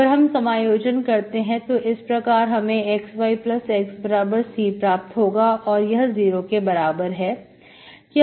अगर हम समायोजन करते हैं तब इस प्रकार हमें xyx Cप्राप्त होगा और यह 0 के बराबर है